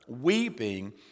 weeping